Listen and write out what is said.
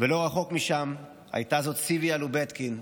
ולא רחוק משם הייתה זו צביה לובטקין,